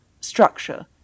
structure